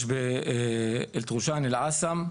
יש באלטרושן אל עסם,